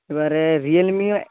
এবারে রিয়েলমি